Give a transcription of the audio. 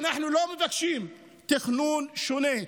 אנחנו לא מבקשים תכנון שונה.